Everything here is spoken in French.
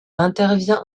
intervient